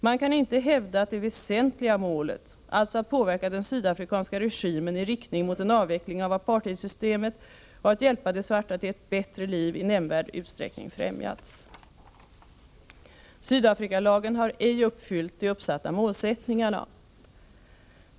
Man kan inte hävda att det väsentliga målet, alltså att påverka den sydafrikanska vita regimen i riktning mot en avveckling av apartheidsystemet och att hjälpa de svarta till ett bättre liv, i nämnvärd utsträckning främjats.” Sydafrikalagen har ej uppfyllt de uppsatta målsättningarna.